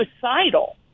suicidal